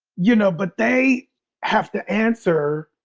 you know, but they have to answer